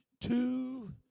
two